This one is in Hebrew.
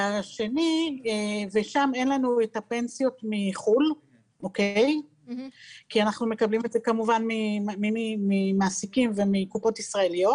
שם אין פנסיה מחו"ל כי אנחנו מקבלים ממעסיקים וקופות ישראליות